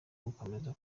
gukomeza